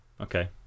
Okay